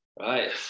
right